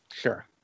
Sure